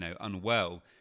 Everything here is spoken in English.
unwell